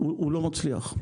הוא לא מצליח.